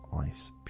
ice